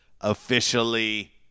officially